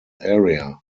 area